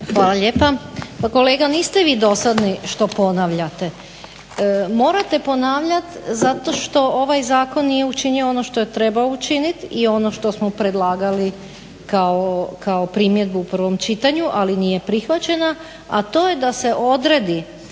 Hvala lijepa. Pa kolega niste vi dosadni što ponavljate, morate ponavljati zato što ovaj zakon nije učinio ono što je trebao učiniti i ono što smo predlagali kao primjedbu u prvom čitanju ali nije prihvaćena, a to je da se odredi